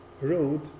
road